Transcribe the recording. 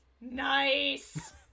Nice